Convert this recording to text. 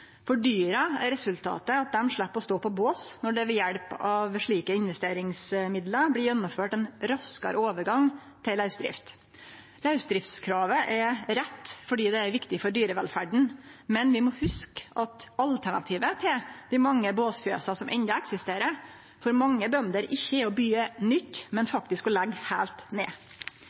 For dyra er resultatet at dei slepp å stå på bås når det ved hjelp av slike investeringsmidlar blir gjennomført ein raskare overgang til lausdrift. Lausdriftskravet er rett fordi det er viktig for dyrevelferda, men vi må hugse at alternativet til dei mange båsfjøsa som enno eksisterer, for mange bønder ikkje er å byggje nytt, men faktisk å leggje heilt ned.